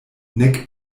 nek